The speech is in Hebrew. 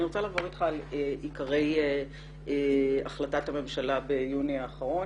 אני רוצה לעבור אתך על עיקרי החלטת הממשלה מיוני האחרון